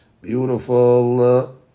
Beautiful